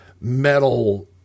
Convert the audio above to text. metal